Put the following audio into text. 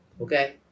Okay